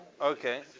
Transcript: okay